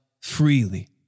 freely